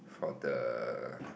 for the